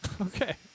okay